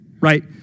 Right